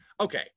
okay